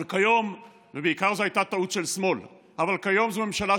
על המצב